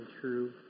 true